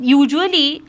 usually